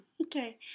Okay